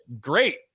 great